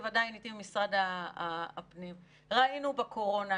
ממשרד הפנים עדיין איתי ראינו בקורונה,